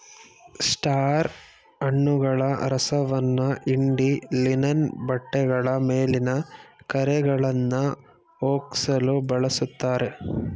star ಹಣ್ಣುಗಳ ರಸವನ್ನ ಹಿಂಡಿ ಲಿನನ್ ಬಟ್ಟೆಗಳ ಮೇಲಿನ ಕರೆಗಳನ್ನಾ ಹೋಗ್ಸಲು ಬಳುಸ್ತಾರೆ